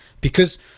because-